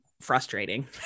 frustrating